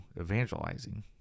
evangelizing